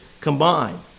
combined